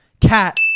Cat